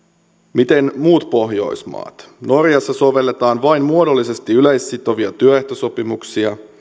miten muut pohjoismaat norjassa sovelletaan vain muodollisesti yleissitovia työehtosopimuksia